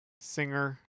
singer